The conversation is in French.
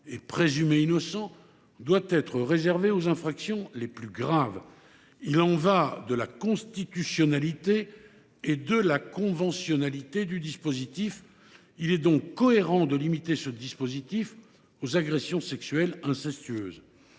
est présumé innocent, doit être réservée aux infractions les plus graves. Il y va de la constitutionnalité et de la conventionnalité du dispositif. Il est donc cohérent de limiter celui ci aux agressions sexuelles incestueuses.